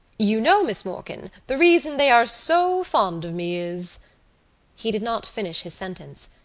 you know, miss morkan, the reason they are so fond of me is he did not finish his sentence,